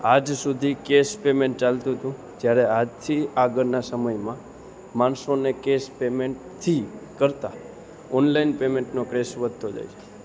આજ સુધી cash payment ચાલતું હતું જ્યારે આજથી આગળના સમયમાં માણસોને કેશ પેમેન્ટથી કરતાં ઓનલાઇન પેમેન્ટનો ક્રેઝ વધતો જાય છે